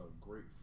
great